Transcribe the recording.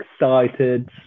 excited